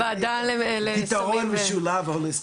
פתרון משולב הוליסטי.